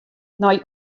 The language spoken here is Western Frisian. nei